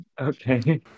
Okay